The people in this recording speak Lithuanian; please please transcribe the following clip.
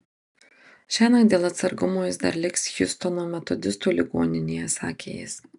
šiąnakt dėl atsargumo jis dar liks hjustono metodistų ligoninėje sakė jis